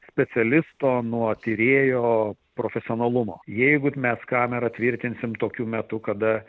specialisto nuo tyrėjo profesionalumo jeigu mes kamerą tvirtinsim tokiu metu kada